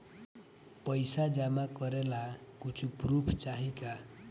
पैसा जमा करे ला कुछु पूर्फ चाहि का?